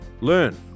learn